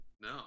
No